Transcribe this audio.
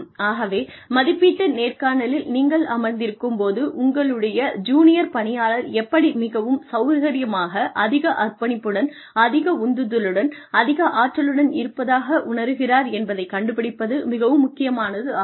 ஆகவே மதிப்பீட்டு நேர்காணலில் நீங்கள் அமர்ந்திருக்கும் போது உங்களுடைய ஜூனியர் பணியாளர் எப்படி மிகவும் சௌகரியமாக அதிக அர்ப்பணிப்புடன் அதிக உந்துதலுடன் அதிக ஆற்றலுடன் இருப்பதாக உணருகிறார் என்பதைக் கண்டுபிடிப்பது மிகவும் முக்கியமானதாகும்